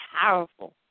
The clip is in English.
powerful